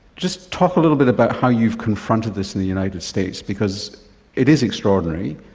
just talk a little bit about how you've confronted this in the united states, because it is extraordinary,